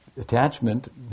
Attachment